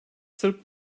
sırp